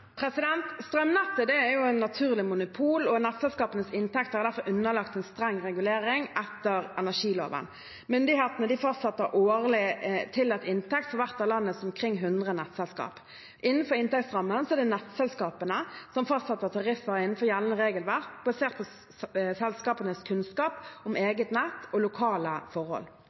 underlagt en streng regulering etter energiloven. Myndighetene fastsetter en årlig tillatt inntekt for hvert av landets omkring 100 nettselskaper. Innenfor inntektsrammen er det nettselskapene som fastsetter tariffer innenfor gjeldende regelverk, basert på selskapenes kunnskap om eget nett og lokale forhold.